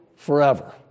Forever